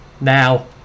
Now